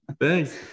thanks